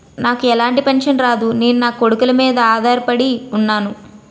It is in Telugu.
నాకు ఎలాంటి పెన్షన్ రాదు నేను నాకొడుకుల మీద ఆధార్ పడి ఉన్నాను